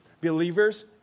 believers